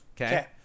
Okay